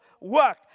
work